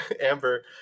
Amber